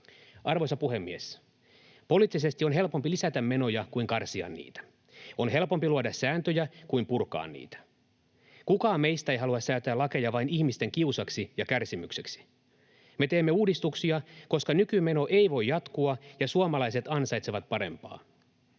Arvoisa puhemies! Poliittisesti on helpompi lisätä menoja kuin karsia niitä. On helpompi luoda sääntöjä kuin purkaa niitä. Kukaan meistä ei halua säätää lakeja vain ihmisten kiusaksi ja kärsimykseksi. Me teemme uudistuksia, koska nykymeno ei voi jatkua ja suomalaiset ansaitsevat parempaa.